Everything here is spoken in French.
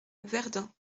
verdun